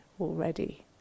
already